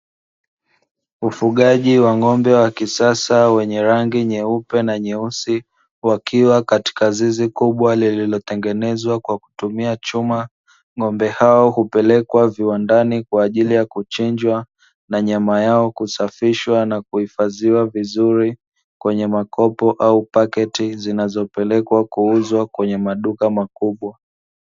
Ufugaji wa ng'ombe wa kisasa wenye rangi nyeupe na nyeusi, wakiwa katika zizi kubwa lililotengenezwa kwa kutumia chuma, ng'ombe hao hupelekwa viwandani kwa ajili ya kuchinjwa na nyama yao kusafishwa na kuhifadhiwa vizuri kwenye makopo au pakiti zinazopelekwa kuuzwa kwenye maduka makubwa.